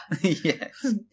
Yes